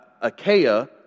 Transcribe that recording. Achaia